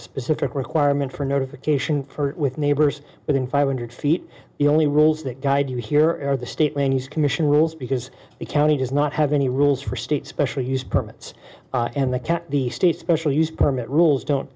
pacific requirement for notification with neighbors within five hundred feet the only rules that guide you here are the state lands commission rules because the county does not have any rules for state special use permits and the can the state special use permit rules don't